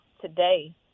today